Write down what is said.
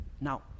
now